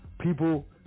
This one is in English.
people